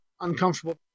uncomfortable